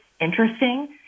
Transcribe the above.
interesting